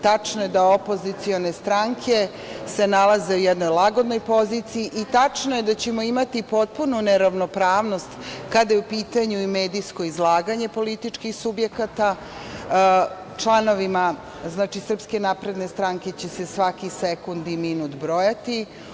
Tačno je da opozicione stranke se nalaze u jednoj lagodnoj poziciji i tačno je da ćemo imati potpunu neravnopravnost kada je u pitanju i medijsko izlaganje političkih subjekata, članovima SNS će se svaki sekund i minut brojati.